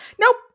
Nope